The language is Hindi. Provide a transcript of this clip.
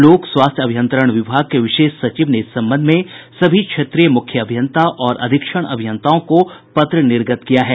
लोक स्वास्थ्य अभियंत्रण विभाग के विशेष सचिव ने इस संबंध में सभी क्षेत्रीय मुख्य अभियंता और अधीक्षण अभियंताओं को पत्र निर्गत किया है